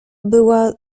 była